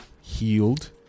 healed